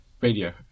radio